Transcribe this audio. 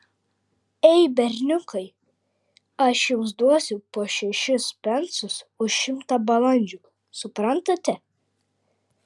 ei berniukai aš jums duosiu po šešis pensus už šimtą balandžių suprantate